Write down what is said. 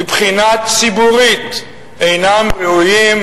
מבחינה ציבורית אינם ראויים,